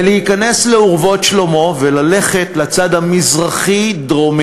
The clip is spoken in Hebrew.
ולהיכנס ל"אורוות שלמה", וללכת לצד המזרחי-דרומי,